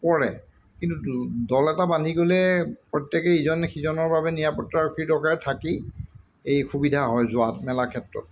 পৰে কিন্তু দল এটা বান্ধি গ'লে প্ৰত্যেকেই ইজনে সিজনৰ নিৰাপত্তাৰক্ষীৰ দৰকাৰে থাকি এই সুবিধা হয় যোৱা মেলা ক্ষেত্ৰত